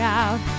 out